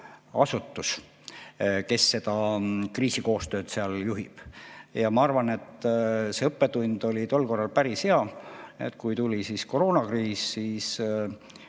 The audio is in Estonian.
asutus, kes seda kriisikoostööd seal juhib. Ma arvan, et see õppetund oli tol korral päris hea. Kui tuli koroonakriis, siis